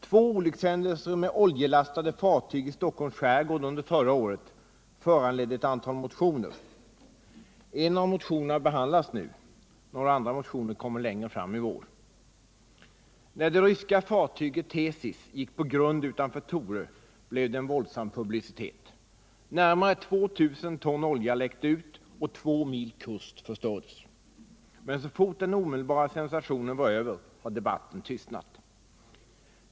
Två olyckshändelser med oljelastade fartyg i Stockholms skärgård under förra året föranledde ett antal motioner. En av motionerna behandlas nu. Några andra motioner kommer längre fram i vår. När det ryska fartyget Tsesis gick på grund utanför Torö blev det en våldsam publicitet. Närmare 2000 ton olja läckte ut, och två mil kust förstördes. Men så fort den omedelbara sensationen var över tystnade debatten.